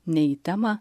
ne į temą